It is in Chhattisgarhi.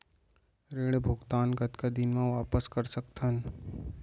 ऋण भुगतान कतका दिन म वापस कर सकथन?